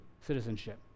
citizenship